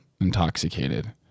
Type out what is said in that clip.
intoxicated